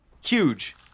Huge